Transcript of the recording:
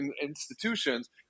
institutions